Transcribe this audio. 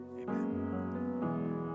amen